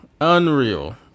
unreal